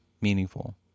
meaningful